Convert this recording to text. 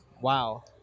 Wow